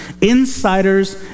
insiders